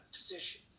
position